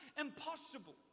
impossible